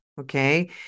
Okay